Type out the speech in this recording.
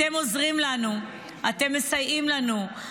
אתם עוזרים לנו, אתם מסייעים לנו.